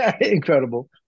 incredible